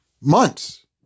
Months